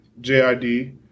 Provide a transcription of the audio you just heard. J-I-D